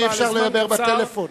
אי-אפשר לדבר בפלאפון.